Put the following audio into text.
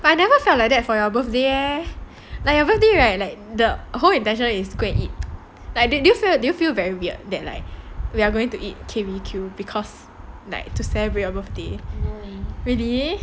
but I never felt like that for your birthday leh like your birthday right the whole intention is to go and eat did you feel do you feel very weird that like we are going to eat K_B_B_Q because like to celebrate your birthday really